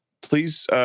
please